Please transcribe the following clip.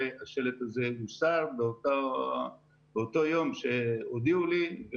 השלט הזה הוסר באותו יום שהודיעו לי.